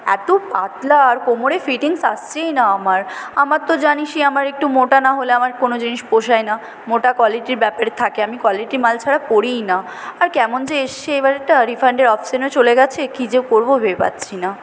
এত পাতলা আর কোমরে ফিটিংস আসছেই না আমার আমার তো জানিসই আমার একটু মোটা না হলে আমার কোনো জিনিস পোষায় না মোটা কোয়ালিটির ব্যাপার থাকে আমি কোয়ালিটি মাল ছাড়া পরিই না আর কেমন যে এসছে এবারেরটা রিফান্ডের অপশানও চলে গেছে কি যে করবো ভেবে পাচ্ছি না